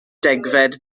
degfed